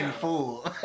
fool